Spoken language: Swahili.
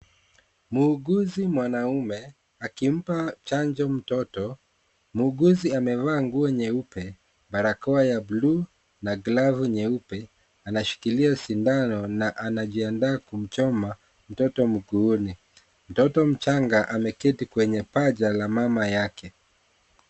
Muuguzi mwanume akimpa chanjo mtoto, muuguzi amevaa nguo nyeupe barakoa ya buluu na glavu nyeupe, anashikilia sindano na anajiandaa kumchoma mtoto mguuni, mtoto mchanga ameketi kwenye paja la mama yake.